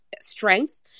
strength